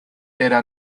era